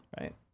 right